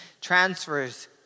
transfers